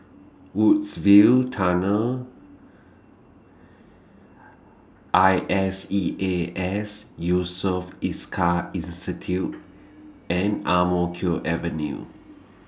Woodsville Tunnel I S E A S Yusof Ishak Institute and Ang Mo Kio Avenue